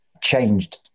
changed